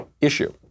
issue